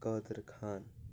Qadir Khan